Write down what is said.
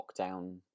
lockdown